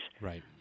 Right